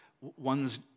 One's